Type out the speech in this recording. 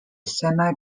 semi